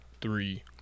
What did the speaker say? three